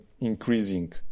increasing